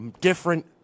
different